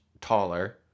taller